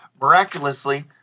Miraculously